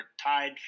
tied